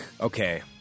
Okay